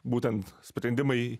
būtent sprendimai